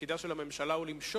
תפקידה של הממשלה הוא למשול,